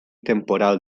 temporal